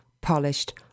polished